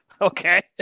okay